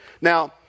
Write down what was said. Now